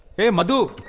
hey madhu.